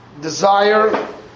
desire